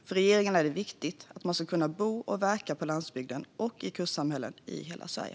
För regeringen är det viktigt att man ska kunna bo och verka på landsbygden och i kustsamhällen i hela Sverige.